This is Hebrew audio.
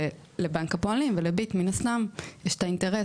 ולבנק הפועלים ולביט מן הסתם יש אינטרס